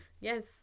Yes